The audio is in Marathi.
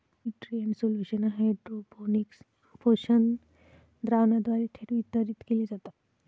न्यूट्रिएंट सोल्युशन हायड्रोपोनिक्स पोषक द्रावणाद्वारे थेट वितरित केले जातात